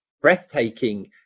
breathtaking